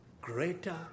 greater